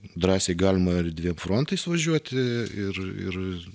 drąsiai galima ir dviem frontais važiuoti ir ir